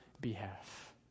behalf